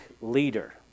leader